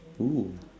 !woo!